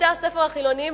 בתי-הספר החילוניים,